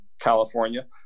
California